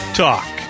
talk